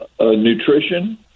nutrition